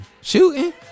shooting